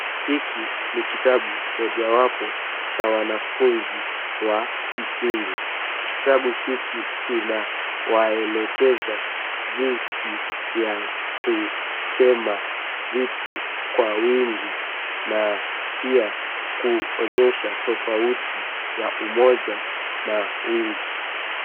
Hiki ni kitabu mojawapo cha wanafunzi wa msingi. Kitabu hiki kinawaelekeza jinsi ya kusema vitu kwa wingi na pia kuonyesha tofauti ya umoja na wingi.